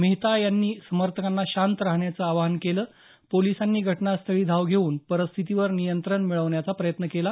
मेहता यांनी समर्थकांना शांत राहण्याचं आवाहन केल पोलिसांनी घटनास्थळी धाव घेऊन परिस्थितीवर नियंत्रण मिळवण्याचा प्रयत्न केला